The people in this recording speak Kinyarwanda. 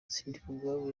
sindikubwabo